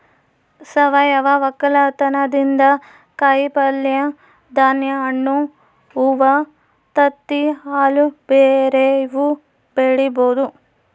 ಸಾವಯವ ವಕ್ಕಲತನದಿಂದ ಕಾಯಿಪಲ್ಯೆ, ಧಾನ್ಯ, ಹಣ್ಣು, ಹೂವ್ವ, ತತ್ತಿ, ಹಾಲು ಬ್ಯೆರೆವು ಬೆಳಿಬೊದು